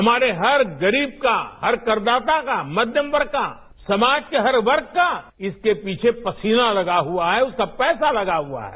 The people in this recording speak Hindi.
हमारे हर गरीब का हर करदाता का मध्यम वर्ग का समाज के हर वर्ग का इसके पसीना लगा हुआ है उसका पैसा लगा हुआ है